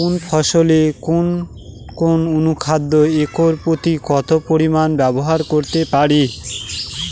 কোন ফসলে কোন কোন অনুখাদ্য একর প্রতি কত পরিমান ব্যবহার করতে পারি?